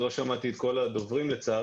אז לא שמעתי את כל הדוברים לצערי.